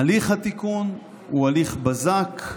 הליך התיקון הוא הליך בזק,